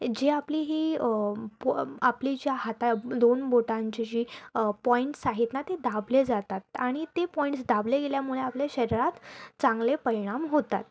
जे आपली ही प आपली ज्या हाता दोन बोटांची जी पॉईंट्स आहेत ना ते दाबले जातात आणि ते पॉईंट्स दाबले गेल्यामुळे आपले शरीरात चांगले परिणाम होतात